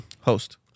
host